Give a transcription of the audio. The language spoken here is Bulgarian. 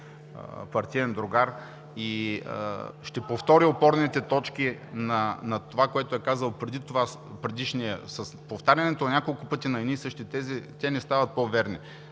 партиен другар и ще повтори опорните точки на онова, което е казал предишният, с повтарянето няколко пъти на едни и същи тези те не стават по-верни.